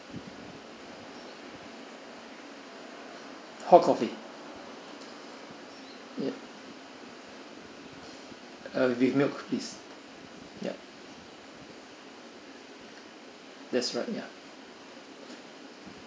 hot coffee mm uh with milk please ya that's right ya